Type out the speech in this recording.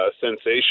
sensation